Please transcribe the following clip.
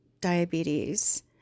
diabetes